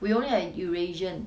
we only have eurasian